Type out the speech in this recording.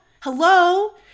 hello